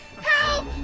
Help